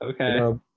Okay